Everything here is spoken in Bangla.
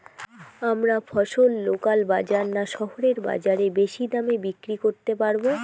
আমরা ফসল লোকাল বাজার না শহরের বাজারে বেশি দামে বিক্রি করতে পারবো?